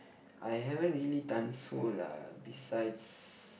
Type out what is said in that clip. I haven't really done so lah besides